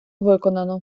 виконано